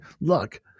Look